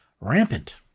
rampant